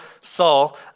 Saul